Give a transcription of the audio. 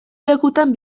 lekutan